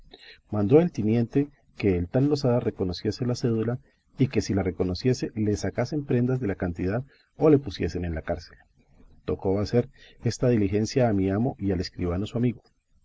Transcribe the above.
mandó el tiniente que el tal losada reconociese la cédula y que si la reconociese le sacasen prendas de la cantidad o le pusiesen en la cárcel tocó hacer esta diligencia a mi amo y al escribano su amigo